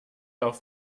auf